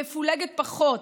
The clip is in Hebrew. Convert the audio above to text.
מפולגת פחות,